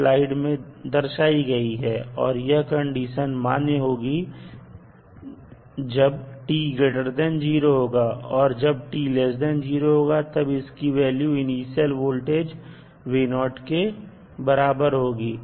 यह स्लाइड में दर्शाई गई है और यह कंडीशन मान्य होगी जब t0 होगा और जब t0 होगा तब इसकी वैल्यू इनिशियल वोल्टेज के बराबर होगी